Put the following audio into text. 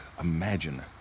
imagine